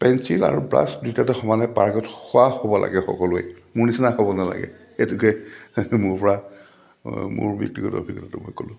pencil আৰু brush দুয়োটাতে সমানে পাৰ্গত হোৱা হ'ব লাগে সকলোৱে মোৰ নিচিনা হ'ব নালাগে সেইটোকে মোৰ পৰা মোৰ ব্যক্তিগত অভিজ্ঞতাটো মই ক'লোঁ